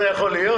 זה יכול להיות.